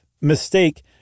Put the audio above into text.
mistake